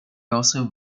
also